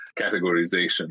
categorization